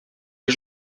des